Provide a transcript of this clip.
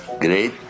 great